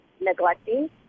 neglecting